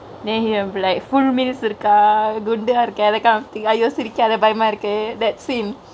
then he would like full meals இருக்கா குண்டா இருக்கே ஐயோ சிரிக்காத பயமா இருக்கு:irukaa gundaa irukke aiyoo sirikathe bayamaa irukku that scene